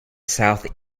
south